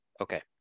Okay